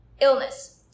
illness